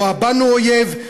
רואה בנו אויב,